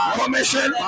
commission